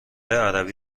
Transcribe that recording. عربی